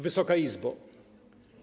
Wysoka Izbo!